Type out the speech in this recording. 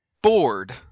Bored